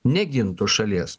negintų šalies